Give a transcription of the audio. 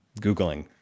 googling